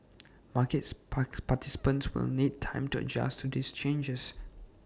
markets park participants will need time to adjust to these changes